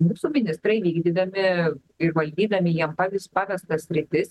mūsų ministrai vykdydami ir valdydami jiem pavys pavestas sritis